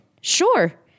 sure